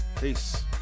Peace